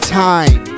time